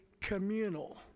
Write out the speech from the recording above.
communal